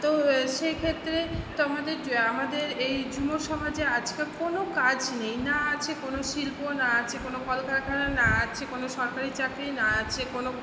তো সেইক্ষেত্রে তো আমাদের যা আমাদের এই যুব সমাজে আজকাল কোনো কাজ নেই না আছে কোনো শিল্প না আছে কোনো কলকারখানা না আছে কোনো সরকারি চাকরি না আছে কোনো